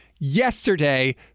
Yesterday